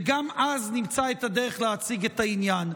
וגם אז נמצא את הדרך להציג את העניין: